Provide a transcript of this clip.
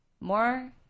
More